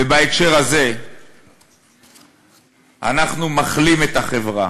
ובהקשר הזה אנחנו מחלים את החברה,